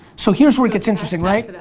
so here's where it gets interesting, right?